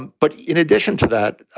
and but in addition to that,